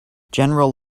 general